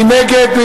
מי נגד?